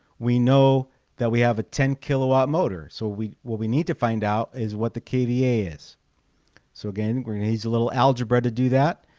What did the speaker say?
we know that we have a ten kilowatt motor. so we what we need to find out is what the kva is so again, we're gonna use a little algebra to do that.